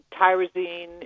Tyrosine